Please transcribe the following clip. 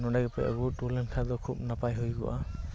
ᱱᱚᱸᱰᱮ ᱜᱮᱯᱮ ᱟᱹᱜᱩᱦᱚᱴᱚ ᱞᱮᱱ ᱠᱷᱟᱱᱫᱚ ᱠᱷᱩᱵ ᱱᱟᱯᱟᱭ ᱦᱩᱭᱠᱚᱜᱼᱟ